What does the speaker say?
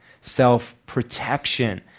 self-protection